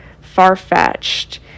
far-fetched